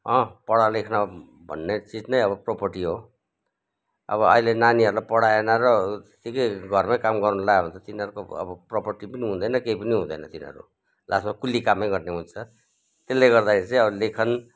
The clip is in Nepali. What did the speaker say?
पढा लेखा भन्ने चिज नै अब प्रोपर्टी हो अब अहिले नानीहरूलाई पढाएन र त्यत्तिकै घरमै काम गर्न लायो भने त तिनीहरूको अब प्रोपर्टी पनि हुँदैन केही पनि हुँदैन तिनीहरू लास्टमा कुल्ली काम नै गर्ने हुन्छ त्यसले गर्दाखेरि चाहिँ अब लेखन